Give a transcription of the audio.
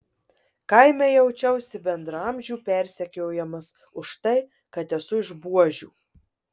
kaime jaučiausi bendraamžių persekiojamas už tai kad esu iš buožių